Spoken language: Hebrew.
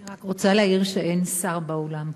אני רק רוצה להעיר שאין שר באולם.